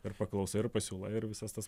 ir paklausa ir pasiūla ir visas tas